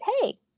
hey